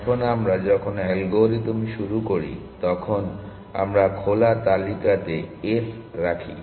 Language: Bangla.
এখন আমরা যখন অ্যালগরিদম শুরু করি তখন আমরা খোলা তালিকাতে s রাখি